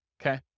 okay